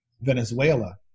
Venezuela